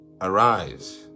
arise